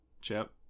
Chip